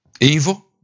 evil